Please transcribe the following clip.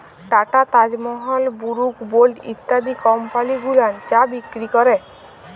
tata, Taj Mahal, Brooke Bond ইত্যাদি কমপালি গুলান চা বিক্রি ক্যরে